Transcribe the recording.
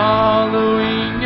Following